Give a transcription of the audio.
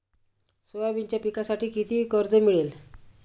सोयाबीनच्या पिकांसाठी किती कर्ज मिळेल?